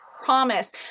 promise